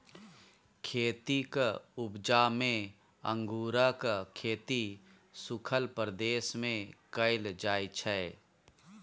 खेतीक उपजा मे अंगुरक खेती सुखल प्रदेश मे कएल जाइ छै